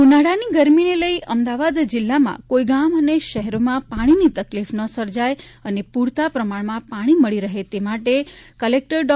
ઉનાળાની ગરમીને લઈ અમદાવાદ જિલ્લાના કોઈ ગામ અને શહેરોમાં પાણીની કોઈ તકલીફ ન સર્જાય અને પૂરતા પ્રમાણમાં પાણી મળી રહે તે માટે કલેક્ટર ડૉ